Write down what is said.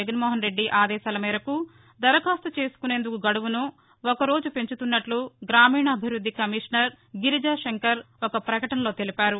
జగన్మోహన్రెద్ది ఆదేశాల మేరకు దరఖాస్తు చేసుకునేందుకు గడువును ఒక రోజు పెంచుతున్నట్ల గ్రామీణాభివృద్ది కమీషనర్ గిరిజా శంకర్ శనివారం ఒక ప్రకటనలో తెలిపారు